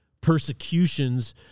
persecutions